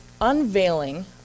unveiling